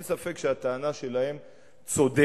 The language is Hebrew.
אין ספק שהטענה שלהם צודקת,